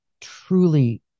truly